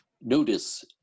notice